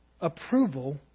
approval